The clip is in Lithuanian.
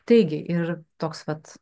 taigi ir toks vat